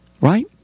Right